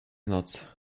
noc